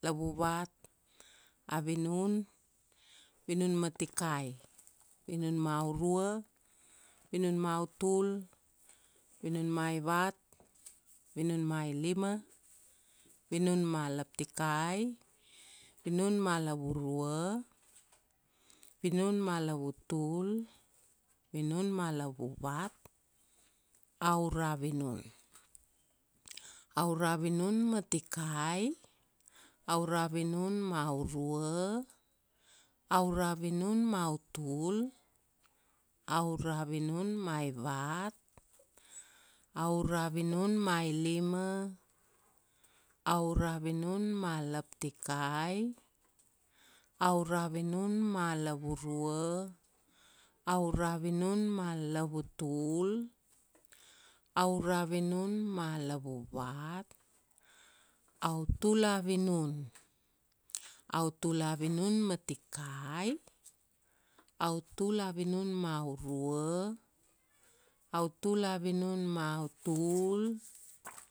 lavuvat, a vinun. Vinun ma tikai, vinun ma urua, vinun ma utul, vinun ma ivat, vinun mailima, vinun ma laptikai, vinun ma lavurua, vinun ma lavutul, vinun ma lavuvat, aura vinun. Aura vinun ma tikai, aura vinun ma urua, aura vinun ma utul, aura vinun ma ivat, aura vinunma ilima, aura vinun ma laptikai, aura vinun ma lavurua, aura vinun ma lavutul, aura vinun ma lavuvat, autula vinun. Autula vinun ma tikai, autula vinunma urua, autula vinun ma utul.